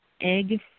egg